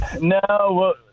No